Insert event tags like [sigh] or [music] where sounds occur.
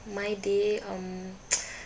my day um [noise]